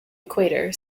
equator